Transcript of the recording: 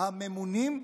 הממונים,